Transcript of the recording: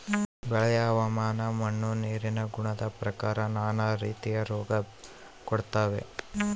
ಬೆಳೆಯ ಹವಾಮಾನ ಮಣ್ಣು ನೀರಿನ ಗುಣದ ಪ್ರಕಾರ ನಾನಾ ರೀತಿಯ ರೋಗ ಕಾಡ್ತಾವೆ